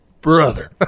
brother